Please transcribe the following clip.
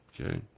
Okay